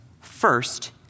First